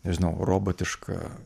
nežinau robotiška